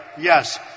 Yes